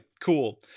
cool